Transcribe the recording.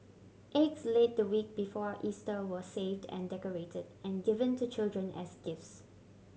eggs laid the week before Easter were saved and decorated and given to children as gifts